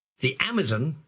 the amazon,